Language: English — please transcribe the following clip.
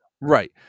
Right